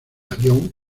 avión